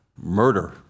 murder